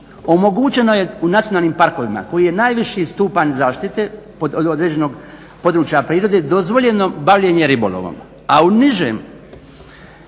omogućeno je u nacionalnim parkovima koji je najviši stupanj zaštite određenog područja prirode, dozvoljeno bavljenje ribolovom. A u nižem,